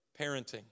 Parenting